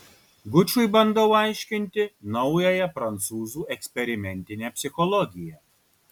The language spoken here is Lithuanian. gučui bandau aiškinti naująją prancūzų eksperimentinę psichologiją